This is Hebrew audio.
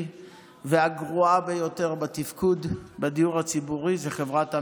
והגרועה ביותר בתפקוד בדיור הציבורי זאת חברת עמידר.